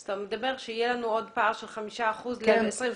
אתה אומר שיהיו לנו עוד פער של חמישה אחוזים ל-2030.